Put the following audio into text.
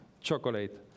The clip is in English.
chocolate